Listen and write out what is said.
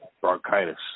Bronchitis